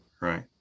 right